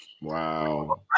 Wow